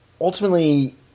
ultimately